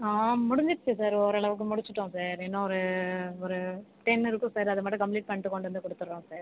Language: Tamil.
ஆ முடிஞ்சிருச்சு சார் ஓரளவுக்கு முடிச்சுட்டோம் சார் இன்னும் ஒரு ஒரு டென்னு இருக்கும் சார் அது மட்டும் கம்ப்ளீட் பண்ணிட்டு கொண்டு வந்து கொடுத்துட்றோம் சார்